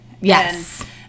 Yes